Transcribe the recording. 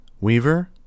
Weaver